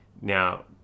now